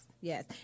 Yes